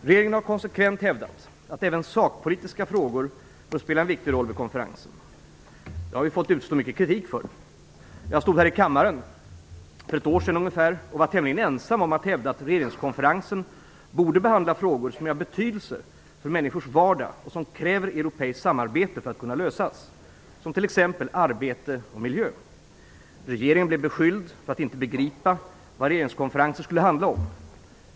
Regeringen har konsekvent hävdat att även sakpolitiska frågor bör spela en viktig roll vid konferensen. För detta har vi fått utstå mycket kritik. Jag stod här i kammaren för ungefär ett år sedan och var tämligen ensam om att hävda att regeringskonferensen borde behandla frågor som är av betydelse för människors vardag och som kräver europeiskt samarbete för att kunna lösas, t.ex. arbete och miljö. Regeringen blev beskylld för att inte begripa vad regeringskonferensen skulle handla om.